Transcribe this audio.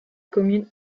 commune